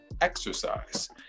exercise